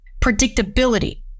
Predictability